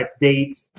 date